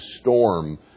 storm